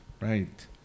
right